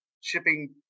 shipping